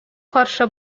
каршы